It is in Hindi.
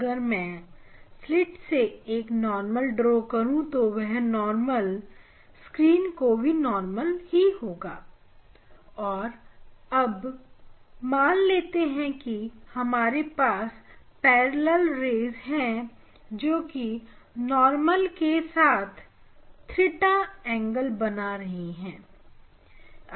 अगर मैं स्लिट से एक नॉर्मल ड्रॉ करूँ तो वह नॉर्मल स्क्रीन को भी नॉर्मल ही होगा और अब मान लेते हैं कि हमारे पास पैरेलल रेस है जोकि नॉर्मल के साथ 𝚹 एंगल बना रही है